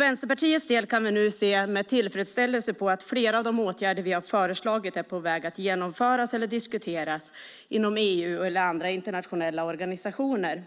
Vänsterpartiet kan nu se med tillfredsställelse på att flera av de åtgärder vi har föreslagit är på väg att genomföras eller diskuteras inom EU eller andra internationella organisationer.